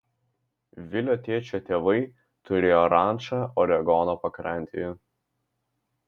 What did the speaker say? vilio tėčio tėvai turėjo rančą oregono pakrantėje